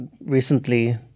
recently